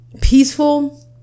Peaceful